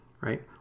right